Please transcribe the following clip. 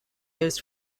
used